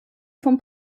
vom